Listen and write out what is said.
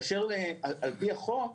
על פי החוק,